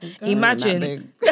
imagine